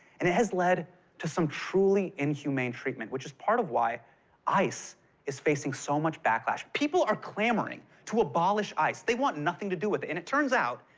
and it has led to some truly inhumane treatment, which is part of why ice is facing so much backlash. people are clamoring to abolish ice. they want nothing to do with it. and it turns out,